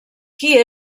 qui